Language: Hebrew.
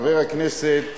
חבר הכנסת